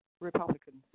Republicans